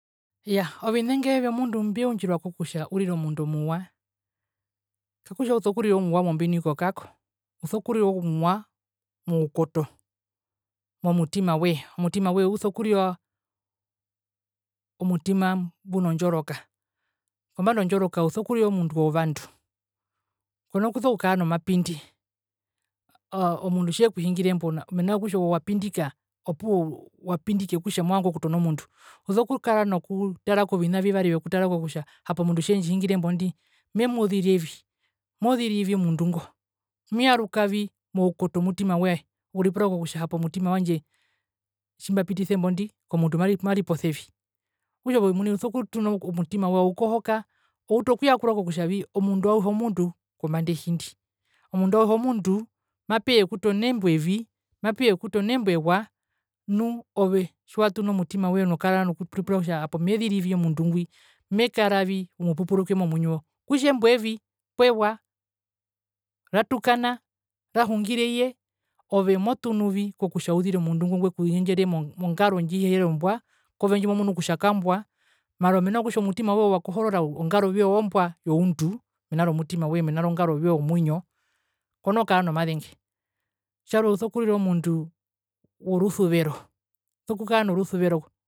Iyaa, ovinenge vyomundu mbyeundjirwako kutja urire omundu omuwa, kakutja usokurira omuwa mombuniko kaako, usokurira omuwa moukoto, momutima woye. Omutima woye usokurira omutima mbuna ondjoroka. Kombanda ondjoroka usokurira omundu wovandu. Konokusokukara nomapindi, omundu tjekuhingire embo menarokutja ove wapindika opuwo wapindike okutja movanga okutona omundu, usokukara nokutara kovina vivari vyokutara kokutja hapo omundu tjendjihingire embo ndi memuziri vi, mozirivi omundu ngo, moyarukavi moukoto womutima woye okuripura kokutja hapo omutima wandje tjimbapitisa embo ndi komundu mariposevi. okutja ove omuni usokutuna omutima woye aukohoka outu okuyakura kokutja vi omundu auhe omundu kombanda yehindi, omundu auhe omundu mapeya ekutono embo evi, mapeya ekutono embo ewa, nu ove tjiwatunu omutima woye nokara nokuripura kutja hapo meziri vi omundu ngwi. mekaravi omupupurukwe momuinjo, kutja embo evi poo ewa, ratukana, rahungire ye, ove motunu vi kokutja uzire omundu ngwi ngwekuyendere mongaro ndji iheri ombwa, kove ndjimomunu kutja kambwa, mara mena rokutja ongaro yoye wakohorora, ongaro yoye ombwa youndu, mena romtima woye mena rongao yoye yomuinjo, konookara nomazenge tjarwe usokurira omundu worusuvero. Usokukara norusuvero.